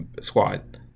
squad